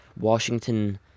Washington